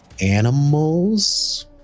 animals